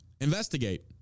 Investigate